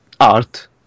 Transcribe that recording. art